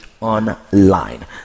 online